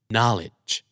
Knowledge